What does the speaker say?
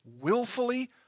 willfully